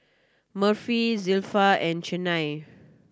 Murphy Zilpha and Chynna